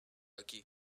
aquí